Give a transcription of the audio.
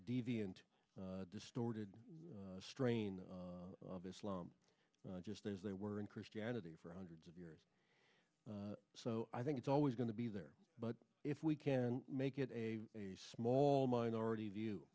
deviant distorted strain of islam just as they were in christianity for hundreds of years so i think it's always going to be there but if we can make it a small minority view